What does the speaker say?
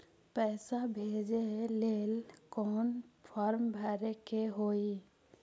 पैसा भेजे लेल कौन फार्म भरे के होई?